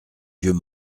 vieux